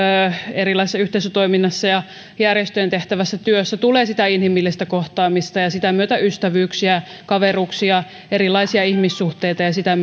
erilaisessa yhteisötoiminnassa ja järjestöissä tehtävässä työssä tulee sitä inhimillistä kohtaamista ja sitä myötä ystävyyksiä kaveruuksia erilaisia ihmissuhteita ja ja sitä